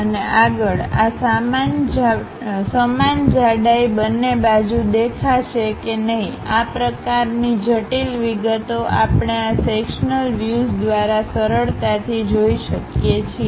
અને આગળ આ સમાન જાડાઈ બંને બાજુ દેખાશે કે નહિઆ પ્રકારની જટિલ વિગતો આપણે આ સેક્શનલ વ્યુઝદ્વારા સરળતાથી જોઇ શકીએ છીએ